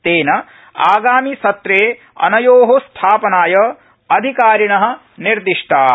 तेन आगामि सत्रे अनयो स्थापनाय अधिकारिण निर्दिष्टा